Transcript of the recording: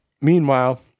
Meanwhile